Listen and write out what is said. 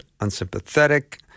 unsympathetic